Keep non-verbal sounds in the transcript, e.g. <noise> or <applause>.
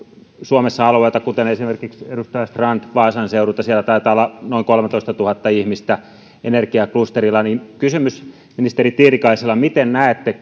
suomessa alueita kuten esimerkiksi edustaja strand on vaasan seudulta missä taitaa olla noin kolmetoistatuhatta ihmistä energiaklusterilla eli kysymys ministeri tiilikaiselle miten näette <unintelligible>